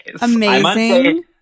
Amazing